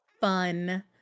fun